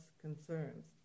concerns